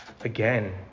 again